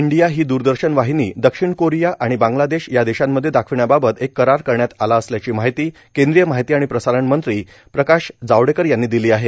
India ही द्रदर्शन वाहिनी दक्षिण कोरीया आणि बांगला देश या देशांमध्ये दाखविण्या बाबत एक करार करण्यात आला असल्याची माहिती केंद्रीय माहिती आणि प्रसारण मंत्री प्रकाश जावडेकर यांनी दिली आहे